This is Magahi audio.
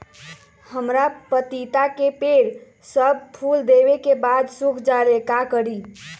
हमरा पतिता के पेड़ सब फुल देबे के बाद सुख जाले का करी?